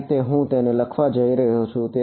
આ રીતે હું તેને લખવા જઈ રહ્યો છું